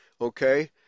okay